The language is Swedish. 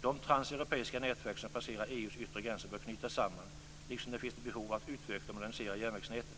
De transeuropeiska nätverk som passerar EU:s yttre gränser bör knytas samman, och det finns ett behov av att utveckla och modernisera järnvägsnätet.